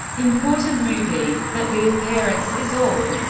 important movie but the appearance is all.